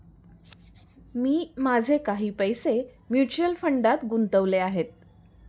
मी माझे काही पैसे म्युच्युअल फंडात गुंतवले आहेत